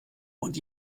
und